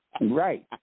Right